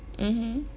mmhmm